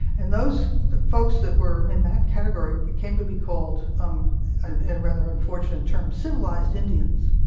and those folks that were in that category came to be called um in rather unfortunate terms civilized indians